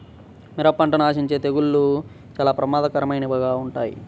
మిరప పంటను ఆశించే తెగుళ్ళు చాలా ప్రమాదకరమైనవిగా ఉంటాయి